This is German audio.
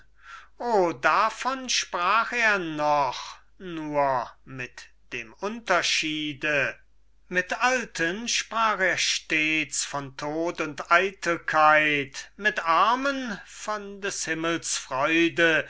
davon sprach er noch nur mit dem unterscheide mit alten sprach er stets von tod und eitelkeit mit armen von des himmels freude